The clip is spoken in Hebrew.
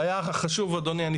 היה חשוב אדוני.